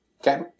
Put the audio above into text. Okay